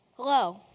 Hello